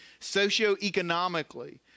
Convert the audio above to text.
socioeconomically